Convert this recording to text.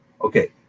Okay